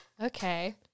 okay